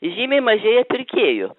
žymiai mažėja pirkėjų